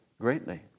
greatly